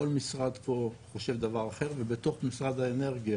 כל משרד פה חושב דבר אחר, ובתוך משרד האנרגיה